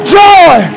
joy